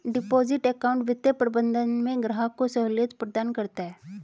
deposit account वित्तीय प्रबंधन में ग्राहक को सहूलियत प्रदान करता है